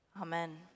Amen